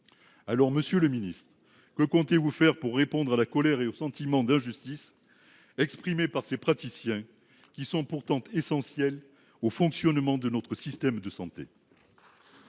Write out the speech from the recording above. Monsieur le ministre, que comptez vous faire pour répondre à la colère et au sentiment d’injustice exprimés par ces praticiens essentiels au fonctionnement de notre système de santé ?